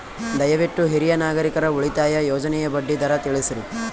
ದಯವಿಟ್ಟು ಹಿರಿಯ ನಾಗರಿಕರ ಉಳಿತಾಯ ಯೋಜನೆಯ ಬಡ್ಡಿ ದರ ತಿಳಸ್ರಿ